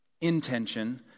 intention